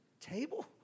table